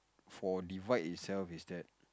for divide itself is that